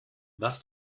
was